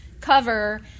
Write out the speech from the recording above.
cover